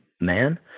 man